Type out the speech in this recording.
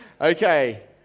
Okay